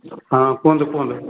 ହଁ କୁହନ୍ତୁ କୁହନ୍ତୁ